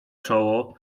czoło